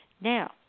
Now